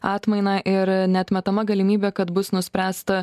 atmainą ir neatmetama galimybė kad bus nuspręsta